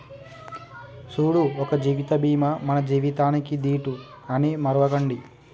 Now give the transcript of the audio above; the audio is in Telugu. సూడు ఒక జీవిత బీమా మన జీవితానికీ దీటు అని మరువకుండు